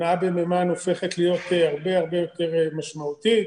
הנעה במימן הופכת להיות הרבה הרבה יותר משמעותית.